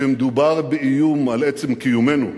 כשמדובר באיום על עצם קיומנו,